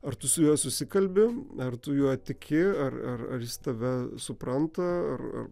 ar tu su juo susikalbi ar tu juo tiki ar ar jis tave supranta ar